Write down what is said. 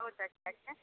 बहुत अच्छा छै